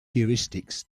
heuristics